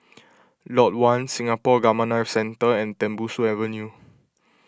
Lot one Singapore Gamma Knife Centre and Tembusu Avenue